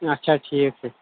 اچھا ٹھیٖک چھِ